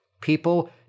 People